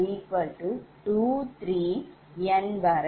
n